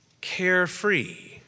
carefree